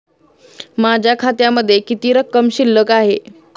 माझ्या खात्यामध्ये किती रक्कम शिल्लक आहे?